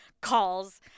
calls